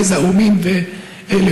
גזע ומין ולאום,